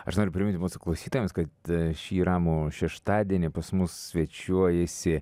aš noriu priminti mūsų klausytojams kad šį ramų šeštadienį pas mus svečiuojasi